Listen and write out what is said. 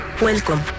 Welcome